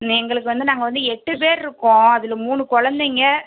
எங்களுக்கு வந்து நாங்கள் வந்து எட்டு பேர் இருக்கோம் அதில் மூணு குழந்தைங்க